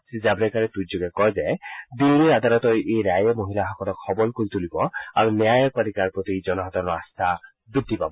শ্ৰীজাভ্ৰেকাৰে টুইটযোগে কয় যে দিল্লীৰ আদালতৰ এই ৰায়ে মহিলাসকলক সৱল কৰি তুলিব আৰু ন্যায়পালিকাৰ প্ৰতি জনসাধাৰণৰ আস্থা বৃদ্ধি পাব